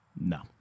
No